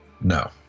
No